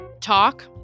talk